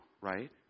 right